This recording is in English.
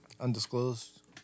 Undisclosed